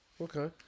Okay